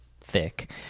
thick